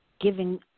giving